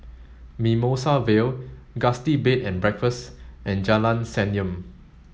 Mimosa Vale Gusti Bed and Breakfast and Jalan Senyum